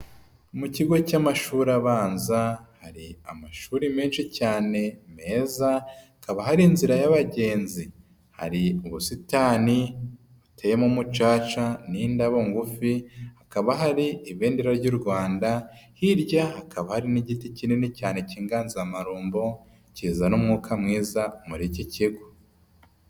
Mu kigo cy'amashuri abanza, hari amashuri menshi cyane meza, hakaba hari inzira y'abagenzi. Hari ubusitani buteyemo umucaca n'indabo ngufi, hakaba hari ibendera ry'u Rwanda, hirya hakaba hari n'igiti kinini cyane cy'inganzamarombo kizana umwuka mwiza muri iki kigo.